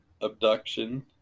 abduction